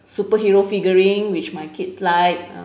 superhero figurine which my kids like